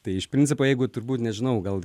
tai iš principo jeigu turbūt nežinau gal